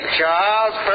Charles